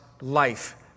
life